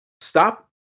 stop